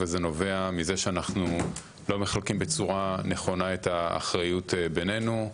וזה נובע מזה שאנחנו לא מחלקים בצורה נכונה את האחריות בינינו.